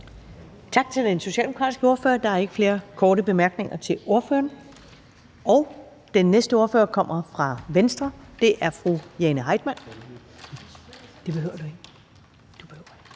Tak til den socialdemokratiske ordfører. Der er ikke flere korte bemærkninger til ordføreren. Den næste ordfører kommer fra Venstre, og det er fru Jane Heitmann. Velkommen. Kl.